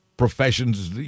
professions